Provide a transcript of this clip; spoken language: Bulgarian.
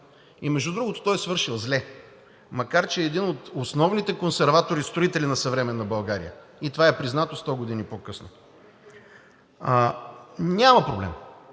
Между другото, той е свършил зле, макар че е един от основните консерватори, строители на съвременна България, и това е признато 100 години по-късно. Няма проблем.